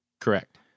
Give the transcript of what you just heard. Correct